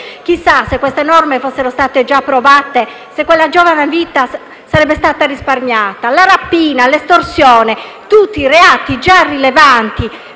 chissà, se queste norme fossero state già approvate, se quella giovane vita sarebbe stata risparmiata - la rapina e l'estorsione: sono tutti reati già considerati